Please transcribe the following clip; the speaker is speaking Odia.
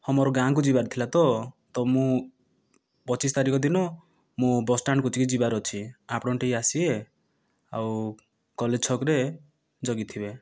ହଁ ମୋ'ର ଗାଁ କୁ ଯିବାର ଥିଲା ତ ତ ମୁଁ ପଚିଶ ତାରିଖ ଦିନ ମୁଁ ବସଷ୍ଟାଣ୍ଡକୁ ଟିକେ ଯିବାର ଅଛି ଆପଣ ଟିକେ ଆସିବେ ଆଉ କଲେଜ ଛକରେ ଜଗିଥିବେ